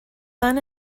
son